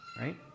right